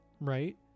right